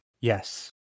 Yes